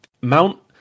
Mount